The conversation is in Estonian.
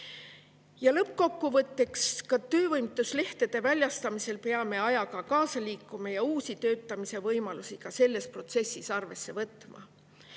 Ja lõppkokkuvõtteks: ka töövõimetuslehtede väljastamisel peame ajaga kaasa liikuma ja uusi töötamise võimalusi ka selles protsessis arvesse võtma.